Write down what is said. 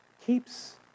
keeps